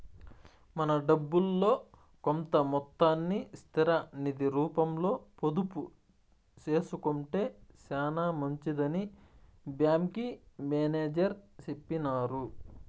మన డబ్బుల్లో కొంత మొత్తాన్ని స్థిర నిది రూపంలో పొదుపు సేసుకొంటే సేనా మంచిదని బ్యాంకి మేనేజర్ సెప్పినారు